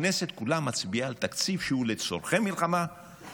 הכנסת כולה מצביעה על תקציב שהוא לצורכי מלחמה,